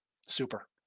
Super